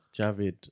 Javid